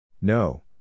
No